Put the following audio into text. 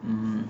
um